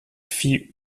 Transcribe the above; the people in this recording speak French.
fit